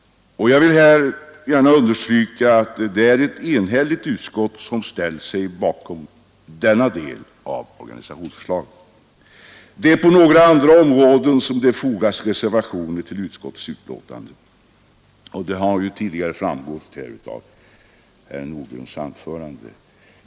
Jag vill gärna understryka att det är ett enhälligt utskott som ställt sig bakom denna del av organisationsförslaget. Det är på några andra områden som det fogats reservationer vid utskottsbetänkandet, vilket även framgått av herr Nordgrens anförande.